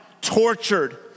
tortured